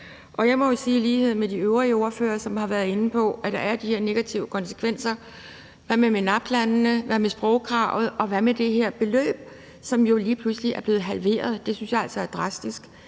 vil have det. I lighed med de øvrige ordførere, som har været inde på, at der er de her negative konsekvenser, må jeg jo spørge: Hvad med MENAPT-landene? Hvad med sprogkravet? Og hvad med det her beløb, som jo lige pludselig er blevet halveret? Det synes jeg altså er drastisk,